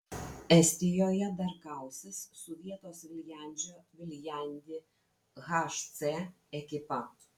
estijoje dar kausis su vietos viljandžio viljandi hc ekipa